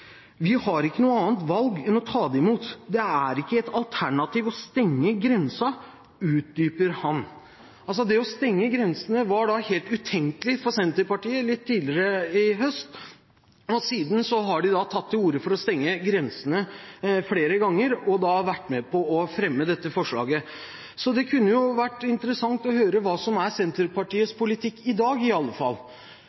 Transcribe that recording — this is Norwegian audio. «Vi har ikke noe annet valg enn å ta dem imot, for det er ikke et alternativ å stenge grensa.» Det å stenge grensene var helt utenkelig for Senterpartiet litt tidligere i høst. Siden har de tatt til orde for å stenge grensene flere ganger, og de har vært med på å fremme dette forslaget. Det kunne vært interessant å høre hva som er Senterpartiets politikk i dag i alle fall,